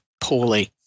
poorly